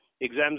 Exams